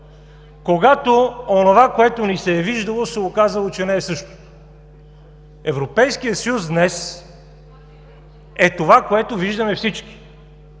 когато онова, което ни се е виждало, се е оказало, че не е същото. Европейският съюз днес е това, което виждаме всички